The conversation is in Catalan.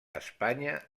espanya